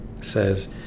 says